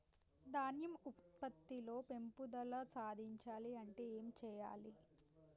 ధాన్యం ఉత్పత్తి లో పెంపుదల సాధించాలి అంటే ఏం చెయ్యాలి?